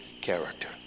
character